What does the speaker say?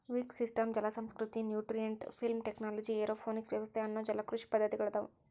wick system ಜಲಸಂಸ್ಕೃತಿ, nutrient film technology, aeroponic ವ್ಯವಸ್ಥೆ ಅನ್ನೋ ಜಲಕೃಷಿ ಪದ್ದತಿಗಳದಾವು